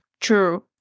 True